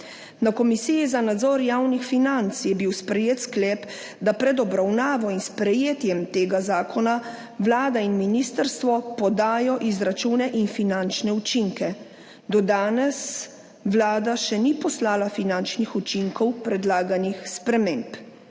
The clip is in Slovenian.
Na Komisiji za nadzor javnih financ je bil sprejet sklep, da pred obravnavo in sprejetjem tega zakona Vlada in ministrstvo podajo izračune in finančne učinke. Do danes Vlada še ni poslala finančnih učinkov predlaganih sprememb.